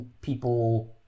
people